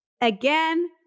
Again